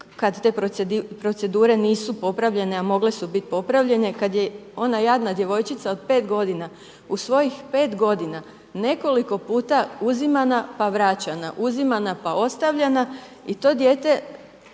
kad te procedure nisu popravljene a mogle su biti popravljene, kad je ona jadna djevojčica od 5 g. u svojih 5 g. nekoliko puta uzimana pa vraćena, uzimana pa ostavljena, i to dijete